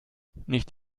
nicht